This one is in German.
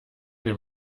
dem